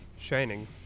Shining